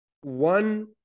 one